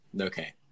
Okay